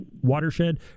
watershed